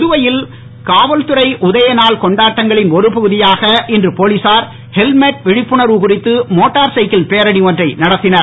புதுவையில் காவல்துறை உதயநாள் கொண்டாட்டங்களின் ஒரு பகுதியாக இன்று போலீசார் ஹெல்மட் விழிப்புணர்வு குறித்து மோட்டார் சைக்கிள் பேரணி ஒன்றை நடத்தினர்